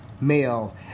male